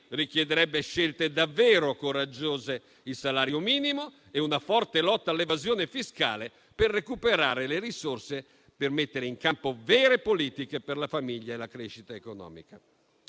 richiederebbe scelte davvero coraggiose: il salario minimo e una forte lotta all'evasione fiscale per recuperare le risorse e mettere in campo vere politiche per la famiglia e la crescita economica.